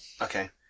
Okay